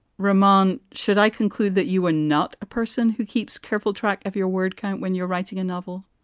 ramon, should i conclude that you are not a person who keeps careful track of your word count when you're writing a novel?